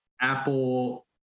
apple